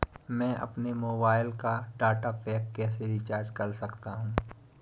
मैं अपने मोबाइल का डाटा पैक कैसे रीचार्ज कर सकता हूँ?